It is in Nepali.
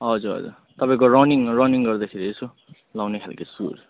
हजुर हजुर तपाईँको रनिङ रनिङ गर्दाखेरि यसो लगाउने खाल्के सू